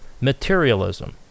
materialism